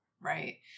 Right